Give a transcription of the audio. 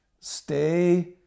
Stay